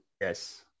yes